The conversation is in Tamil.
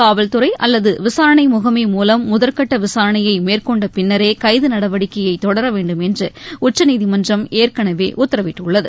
காவல்துறை அல்லது விசாரணை முகமை மூலம் முதற்கட்ட விசாரணையை மேற்கொண்ட பின்னரே கைது நடவடிக்கையை தொடர வேண்டும் என்று உச்சநீதிமன்றம் ஏற்கனவே உத்தரவிட்டுள்ளது